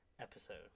episode